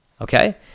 okay